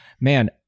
Man